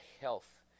health